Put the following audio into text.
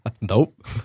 Nope